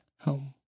home